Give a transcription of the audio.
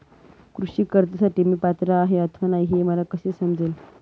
कृषी कर्जासाठी मी पात्र आहे अथवा नाही, हे मला कसे समजेल?